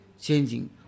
changing